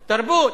תרבות.